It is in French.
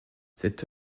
cette